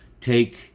take